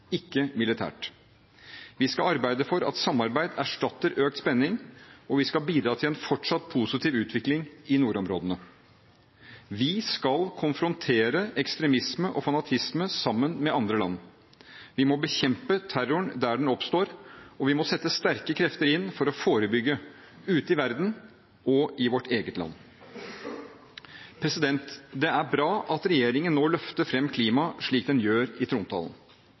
ikke militært. Vi skal arbeide for at samarbeid erstatter økt spenning, og vi skal bidra til en fortsatt positiv utvikling i nordområdene. Vi skal konfrontere ekstremisme og fanatisme sammen med andre land. Vi må bekjempe terroren der den oppstår, og vi må sette sterke krefter inn for å forebygge – ute i verden og i vårt eget land. Det er bra at regjeringen nå løfter fram klima, slik den gjør i trontalen.